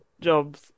jobs